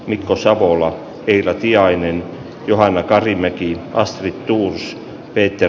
mikko saula pirjo tiainen johanna karimäki kasvit tuulos petter